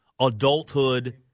adulthood